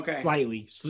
slightly